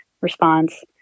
response